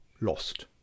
lost